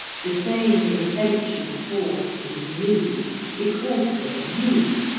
the same essential force that is me is also you.